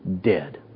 dead